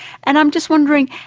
and i'm just wondering,